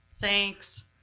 Thanks